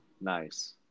Nice